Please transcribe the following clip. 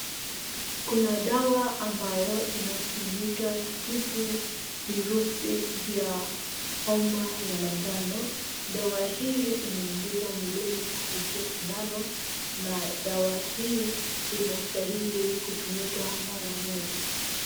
Kuna dawa ambayo inatumika kutibu virusi vya homa ya manjano. Dawa hii, inaingizwa mwilini kupitia sindano, na dawa hii, inastahili kutumika mara moja.